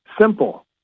simple